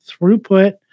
Throughput